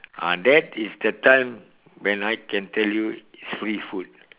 ah that is the time when I can tell you is free food